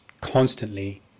constantly